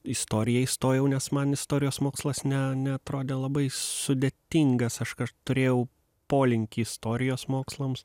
istoriją įstojau nes man istorijos mokslas ne neatrodė labai sudėtingas aš turėjau polinkį istorijos mokslams